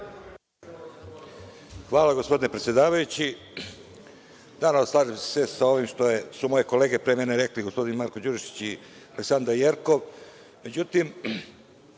Hvala gospodine predsedavajući. Naravno, slažem se sve sa ovim što su moje kolege pre mene rekli, gospodin Marko Đurišić i Aleksandra Jerkov,